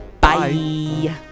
bye